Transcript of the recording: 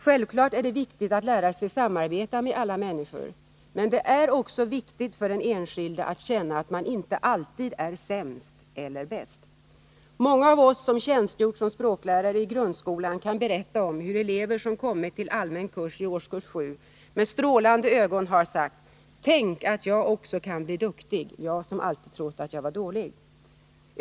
Självfallet är det viktigt att lära sig samarbeta med alla människor, men det är också viktigt för den enskilde att känna att man inte alltid är sämst — eller bäst. Många av oss som tjänstgjort som språklärare i grundskolan kan berätta om hur elever som kommit till allmän kurs i årskurs 7 med strålande ögon sagt: Tänk att jag också kan bli duktig, jag som alltid trott att jag var dålig.